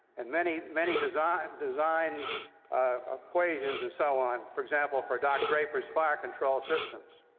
and many many designed designed ah equations and so on for example, for doc draper's fire control systems.